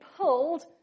pulled